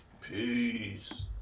Peace